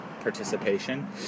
participation